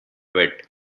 wet